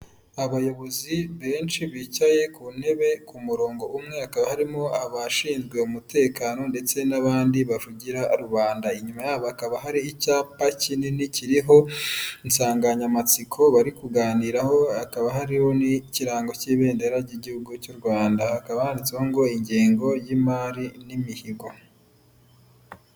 Abayobozi benshi bicaye ku ntebe ku murongo umwe, hakaba harimo abashinzwe umutekano ndetse n'abandi bavugira rubanda. Inyuma yabo hakaba hari icyapa kinini kiriho insanganyamatsiko bari kuganiraho, hakaba hariho n'ikirango cy'ibendera ry'igihugu cy'u Rwanda. Hakaba handitseho ngo ingengo y'imari n'imihigo.